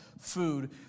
food